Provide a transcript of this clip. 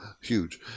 huge